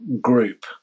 group